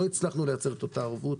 לא הצלחנו לייצר את אותה ערבות.